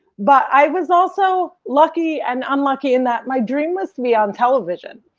but i was also lucky and unlucky in that my dream was to be on television.